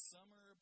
Summer